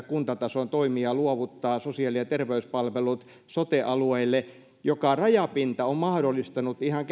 kuntatason toimijaa luovuttaa sosiaali ja terveyspalvelut sote alueille joka rajapinta on mahdollistanut ihan